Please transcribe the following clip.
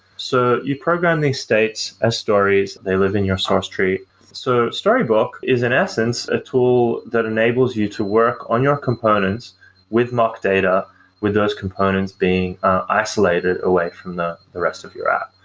so you program these states and stories. they live in your source tree so storybook is in essence, a tool that enables you to work on your components with mock data with those components being isolated away from the the rest of your app.